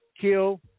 kill